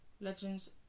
legends